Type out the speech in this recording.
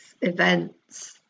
events